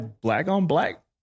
black-on-black